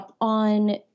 on